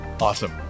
Awesome